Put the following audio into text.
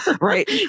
right